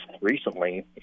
recently